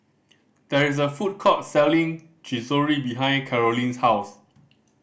there is a food court selling Chorizo behind Carolyn's house